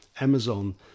Amazon